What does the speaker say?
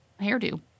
hairdo